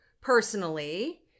personally